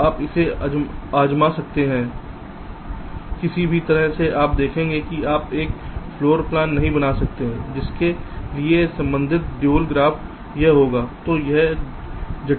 अब आप इसे आज़मा सकते हैं किसी भी तरह से आप देखेंगे कि आप एक फ्लोर प्लान नहीं बना सकते हैं जिसके लिए संबंधित ड्यूल ग्राफ यह होगा